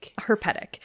Herpetic